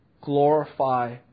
glorify